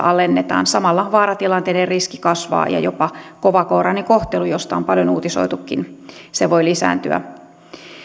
alennetaan samalla vaaratilanteiden riski kasvaa ja jopa kovakourainen kohtelu josta on paljon uutisoitukin voi lisääntyä